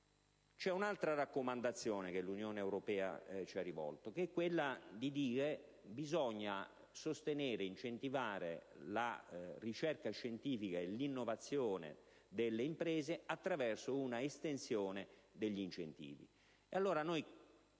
Un'altra raccomandazione che l'Unione europea ci ha rivolto sottolinea l'importanza di sostenere e incentivare la ricerca scientifica e l'innovazione delle imprese attraverso una estensione degli incentivi.